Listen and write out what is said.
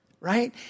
right